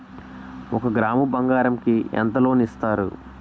ఒక గ్రాము బంగారం కి ఎంత లోన్ ఇస్తారు?